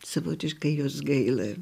savotiškai jos gaila